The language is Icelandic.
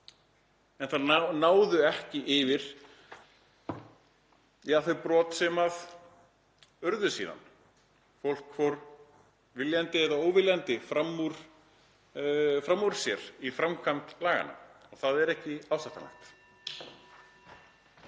en þær náðu ekki yfir þau brot sem urðu síðan. Fólk fór viljandi eða óviljandi fram úr sér í framkvæmd laganna og það er ekki ásættanlegt.